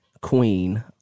Queen